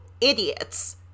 idiots